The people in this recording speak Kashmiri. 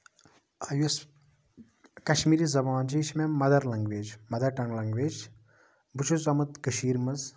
یۄس کَشمیٖری زَبان چھےٚ یہِ چھےٚ مےٚ mother language mother tongue language بہٕ چھُس زامُت کٔشیٖر منٛز